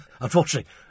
Unfortunately